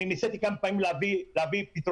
אני ניסיתי כמה פעמים להביא פתרונות,